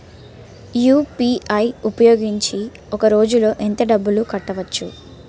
UPI ఉపయోగించి ఒక రోజులో ఎంత డబ్బులు కట్టవచ్చు?